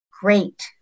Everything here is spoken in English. great